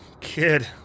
Kid